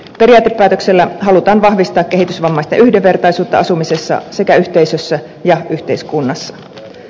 periaatepäätöksellä halutaan vahvistaa kehitysvammaisten yhdenvertaisuutta asumisessa sekä yhteisössä ja yhteiskunnassa